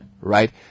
right